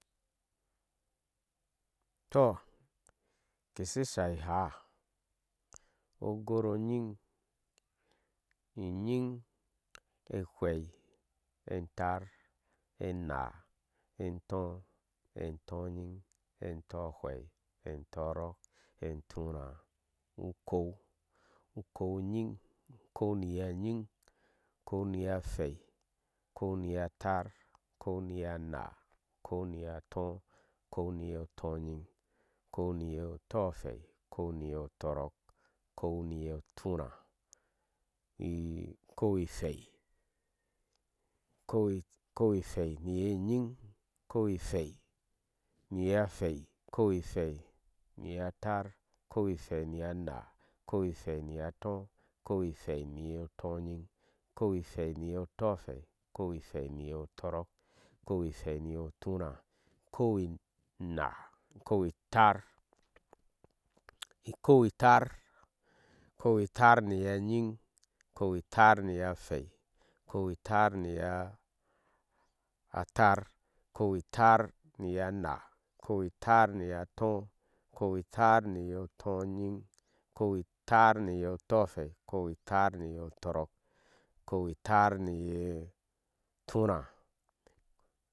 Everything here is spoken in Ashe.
Toh keshe shai ihaáoyor onyiy inyinŋ ehwɛi, entáár, enáá, entɔɔn, entɔɔyiŋ, entɔɔhwei, entɔɔk, entwraa, ukou, ukounyin, ukou-niyeyin, okuo-niyehwei, ukou-niyetáaar, ukouniyetɔɔ, ukou-niye, tɔɔnyiŋ, okou-niyetɔɔhwei, ukouniye tɔɔk, okou-niyetuuraa, ukouy-ihwei, ukou-ihwei-niyeyiŋ, ikou-hwei-niyehweri, ikoihwei-niye taar, ikou-yhwei-niye naa, ikou- ihwei-niyetoo, ikou-ihwei-niye, tɔɔnyiŋ, ikou-luheei niyo, tɔɔhwɛi, ikou-ihwɛi niyotɔɔrɔɔk, ikou-ihwɛi niyo turáá, ikou-inaa ikou-itaar, ikou taar, ikou-itaar niyouŋ ikoy itar-niye hwei ikouy tiar-niyetaar, ikouitaar-niyo náá ikouitaar miyotɔɔ ikouitaar-niya tonyiŋ ikou itaar niyotɔɔwɛi ikou-itaar-niyo tɔɔroɔk ikou itaar niyo turaá.